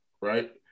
right